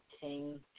King